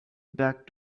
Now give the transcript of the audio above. back